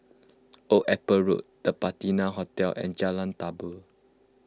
Old Airport Road the Patina Hotel and Jalan Tambur